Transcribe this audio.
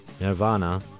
Nirvana